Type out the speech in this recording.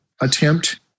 attempt